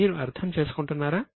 మీరు అర్థం చేసుకుంటున్నారా